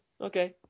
okay